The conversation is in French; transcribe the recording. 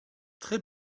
très